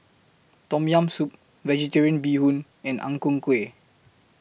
Tom Yam Soup Vegetarian Bee Hoon and Ang Ku Kueh